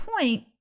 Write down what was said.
point